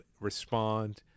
respond